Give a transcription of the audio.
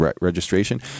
registration